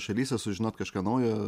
šalyse sužinot kažką naujo